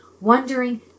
wondering